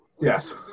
Yes